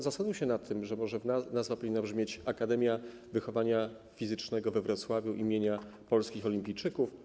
Zastanówmy się nad tym, że może nazwa powinna brzmieć: Akademia Wychowania Fizycznego we Wrocławiu im. Polskich Olimpijczyków.